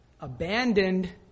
abandoned